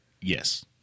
Yes